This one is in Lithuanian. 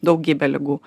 daugybę ligų